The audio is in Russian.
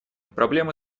проблемы